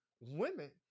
women